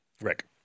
Rick